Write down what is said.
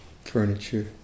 furniture